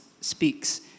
speaks